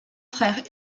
frère